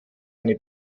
eine